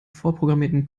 vorprogrammierten